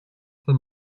them